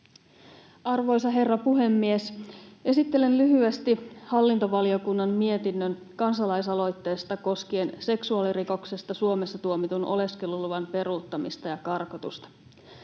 Arvoisa herra puhemies! Esittelen lyhyesti hallintovaliokunnan mietinnön kansalaisaloitteesta koskien seksuaalirikoksesta Suomessa tuomitun oleskeluluvan peruuttamista ja karkotusta: